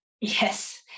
Yes